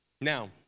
Now